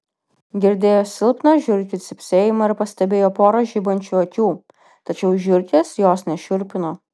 girdėjo silpną žiurkių cypsėjimą ir pastebėjo porą žibančių akių tačiau žiurkės jos nešiurpino